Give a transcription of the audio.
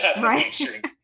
Right